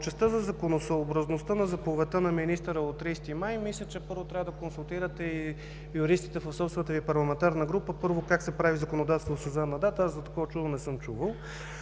за законосъобразността на заповедта на министъра от 30 май, мисля, че първо трябва да се консултирате с юристите в собствената Ви парламентарна група как се прави законодателство със задна дата. Аз за такова чудо не съм чувал.